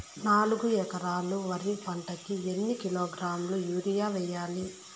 నాలుగు ఎకరాలు వరి పంటకి ఎన్ని కిలోగ్రాముల యూరియ వేయాలి?